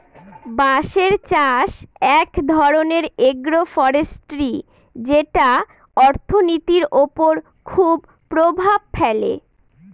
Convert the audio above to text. বাঁশের চাষ এক ধরনের এগ্রো ফরেষ্ট্রী যেটা অর্থনীতির ওপর খুব প্রভাব ফেলে